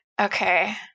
Okay